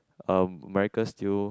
um American still